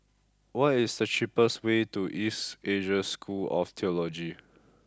what is the cheapest way to East Asia School of Theology